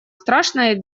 страшное